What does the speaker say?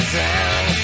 down